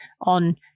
on